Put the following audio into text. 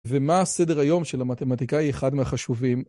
ומה הסדר היום של המתמטיקאי אחד מהחשובים?